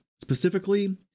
specifically